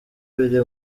biri